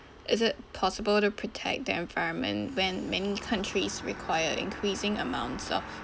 is it possible to protect the environment when many countries require increasing amounts of